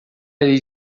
lhe